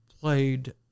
Played